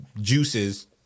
juices